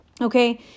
Okay